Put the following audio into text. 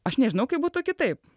aš nežinau kaip būtų kitaip